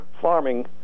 farming